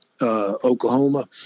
Oklahoma